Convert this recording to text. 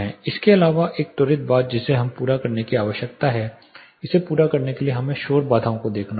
इसके अलावा एक त्वरित बात जिसे हमें पूरा करने की आवश्यकता है इसे पूरा करने के लिए हमें शोर बाधाओं को देखना होगा